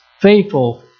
faithful